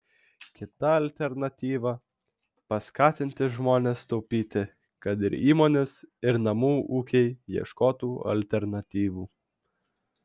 kita alternatyva paskatinti žmones taupyti kad ir įmonės ir namų ūkiai ieškotų alternatyvų